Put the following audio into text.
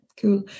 cool